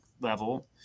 level